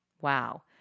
Wow